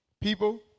People